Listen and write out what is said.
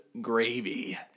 gravy